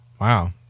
wow